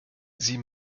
sie